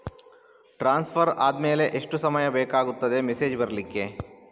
Transfer ಆದ್ಮೇಲೆ ಎಷ್ಟು ಸಮಯ ಬೇಕಾಗುತ್ತದೆ ಮೆಸೇಜ್ ಬರ್ಲಿಕ್ಕೆ?